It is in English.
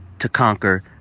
to conquer,